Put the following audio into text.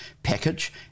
package